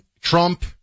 Trump